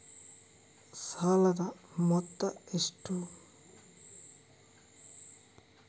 ಸಾಲದ ಮೊತ್ತ ಎಷ್ಟು?